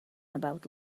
about